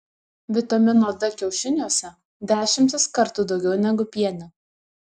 vitamino d kiaušiniuose dešimtis kartų daugiau negu piene